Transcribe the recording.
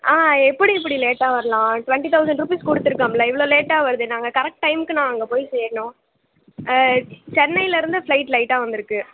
ஆ எப்படி இப்படி லேட்டாக வரலாம் டுவெண்ட்டி தௌசண்ட் ருப்பீஸ் கொடுத்துருக்கோம்ல இவ்வளோ லேட்டாக வருது நாங்கள் கரெக்ட் டைமுக்கு நான் அங்கே போய் சேரணும் சென்னையிலேருந்து ஃப்ளைட் லேட்டாக வந்திருக்கு